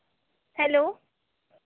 hello